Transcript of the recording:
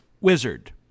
wizard